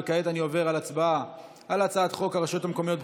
אני עובר כעת להצבעה על הצעת חוק הרשויות המקומיות (בחירות)